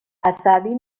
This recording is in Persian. عصبی